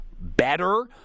better